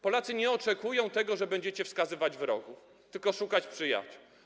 Polacy nie oczekują tego, że będziecie wskazywać wrogów, tylko że będziecie szukać przyjaciół.